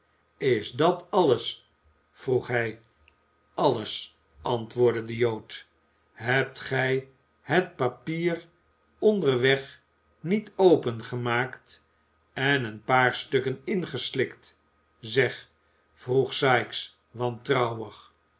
is dat alles vroeg hij alles antwoordde de jood hebt gij het papier onderweg niet opengemaakt en een paar stukken ingeslikt zeg vroeg sikes wantrouwig